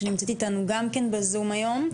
שנמצאת איתנו גם כן בזום היום.